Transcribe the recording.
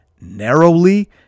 narrowly